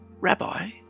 Rabbi